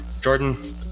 Jordan